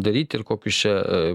daryti ir kokius čia